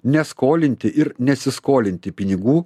neskolinti ir nesiskolinti pinigų